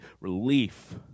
relief